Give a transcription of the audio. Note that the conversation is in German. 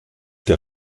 der